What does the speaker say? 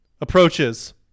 approaches